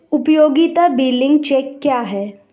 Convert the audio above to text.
उपयोगिता बिलिंग चक्र क्या है?